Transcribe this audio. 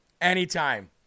anytime